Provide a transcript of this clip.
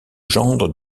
gendre